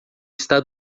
está